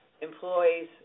employees